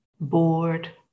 bored